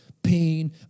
pain